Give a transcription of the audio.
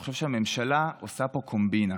אני חושב שהממשלה עושה פה קומבינה.